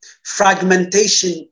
fragmentation